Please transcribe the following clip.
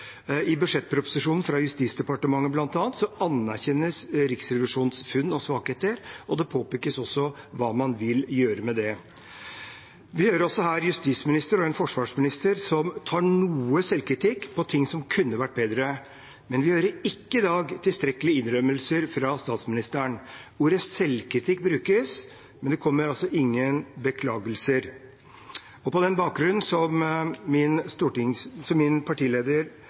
I bl.a. budsjettproposisjonen fra Justis- og beredskapsdepartementet anerkjennes Riksrevisjonens funn og svakheter, og det påpekes også hva man vil gjøre med det. Vi hører også her en justisminister og en forsvarsminister som tar noe selvkritikk på ting som kunne vært bedre, men vi hører ikke i dag tilstrekkelige innrømmelser fra statsministeren. Ordet selvkritikk brukes, men det kommer altså ingen beklagelser. På den bakgrunn som min